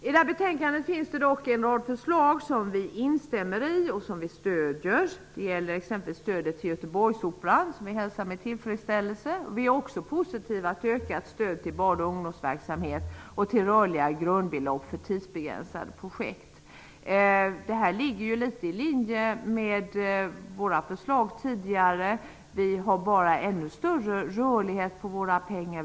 I detta betänkande finns det dock en rad förslag som vi instämmer i och som vi stöder. Det gäller exempelvis stödet till Göteborgsoperan, som vi hälsar med tillfredsställelse. Vi är också positiva till ökat stöd till barn och ungdomsverksamhet och till rörliga grundbelopp för tidsbegränsade projekt. Detta ligger litet grand i linje med våra tidigare förslag. Vi föreslår en ännu större rörlighet för pengarna.